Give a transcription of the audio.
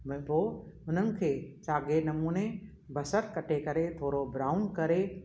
हुन पोइ हुननि खे साॻे नमूने बसरु कटे करे थोरो ब्राउन करे